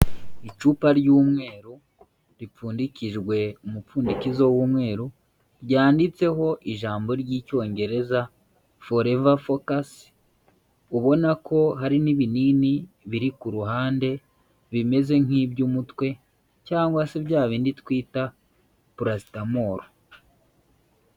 Icupa ry'umweru ripfundikijwe umupfundikizo w'umweru, ryanditseho ijambo ry'icyongereza Forever focus, ubona ko hari n'ibinini biri ku ruhande bimeze nk'iby'umutwe cyangwa se bya bindi twita purasitamoro.